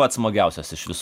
pats smagiausias iš visų